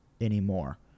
anymore